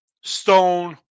stone